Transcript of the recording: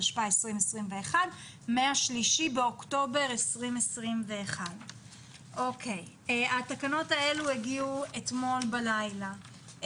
התשפ"ב-2021 מה-3 באוקטובר 2021. התקנות האלה הגיעו אתמול בלילה,